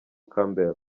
campbell